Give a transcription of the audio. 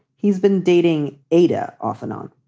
he's been dating ada off and on.